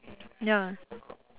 ya